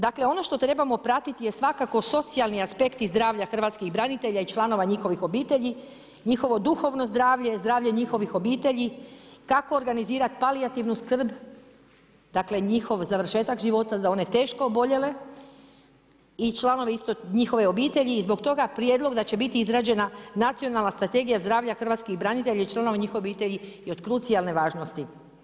Dakle, ono što trebamo pratiti je svakako socijalni aspekt i zdravlje hrvatskih branitelja i članova njihovih obitelji, njihovo duhovno zdravlje, zdravlje njihovih obitelji, kako organizirati palijativnu skrb, dakle njihov završetak život za one teško oboljele i članove isto njihove obitelji i zbog toga prijedlog da će biti izrađena Nacionalna strategija zdravlja hrvatskih branitelja i članova njihovih obitelji je od krucijalne važnosti.